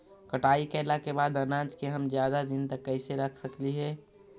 कटाई कैला के बाद अनाज के हम ज्यादा दिन तक कैसे रख सकली हे?